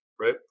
right